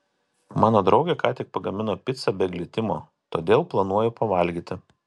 mano draugė ką tik pagamino picą be glitimo todėl planuoju pavalgyti